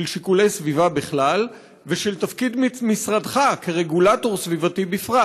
שיקולי סביבה בכלל ושל תפקוד משרדך כרגולטור סביבתי בפרט,